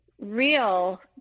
real